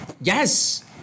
Yes